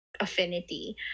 Affinity